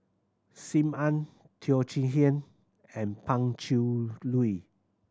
Sim Ann Teo Chee Hean and Pan Cheng Lui